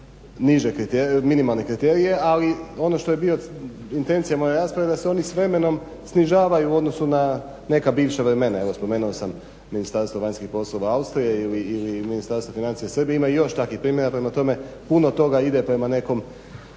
niže minimalne kriterije. Ali ono što je bila intencija moje rasprave, da se oni s vremenom snižavaju u odnosu na neka bivša vremena. Spomenuo sam Ministarstvo vanjskih poslova Austrije ili Ministarstvo financija Srbije, ima još takvih primjera, prema tome puno toga ide prema nekom